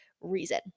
reason